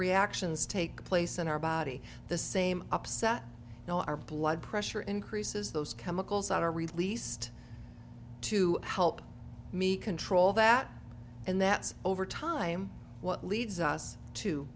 reactions take place in our body the same upset you know our blood pressure increases those chemicals are released to help me control that and that over time what leads us to